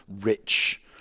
rich